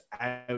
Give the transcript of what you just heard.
out